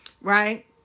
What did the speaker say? right